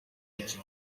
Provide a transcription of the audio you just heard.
icyo